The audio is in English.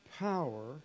power